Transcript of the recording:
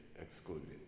excluded